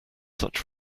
such